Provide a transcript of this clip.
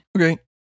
Okay